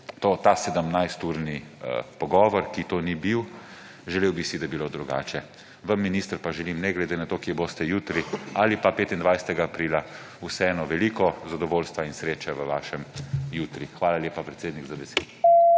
ta 17-urni pogovor, ki to ni bil. Želel bi si, da bi bilo drugače. Vam, minister, pa želim ne glede na to, kje boste jutri ali pa 25. aprila, vseeno veliko zadovoljstva in sreče v vašem jutri. Hvala lepa, predsednik, za besedo.